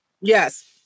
yes